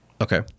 Okay